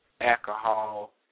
alcohol